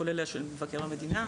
כולל של מבקר המדינה.